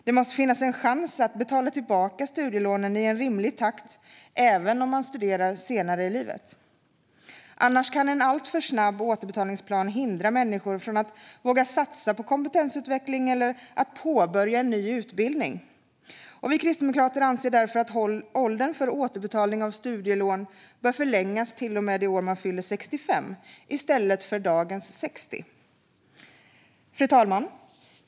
Det måste finnas en chans att betala tillbaka studielånen i en rimlig takt även om man studerar senare i livet. En alltför snabb återbetalningsplan kan hindra människor från att våga satsa på kompetensutveckling eller att påbörja en ny utbildning. Vi kristdemokrater anser därför att åldern för återbetalning av studielån bör förlängas till det år man fyller 65 i stället för dagens 60. Fru talman!